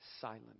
silent